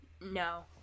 No